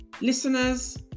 Listeners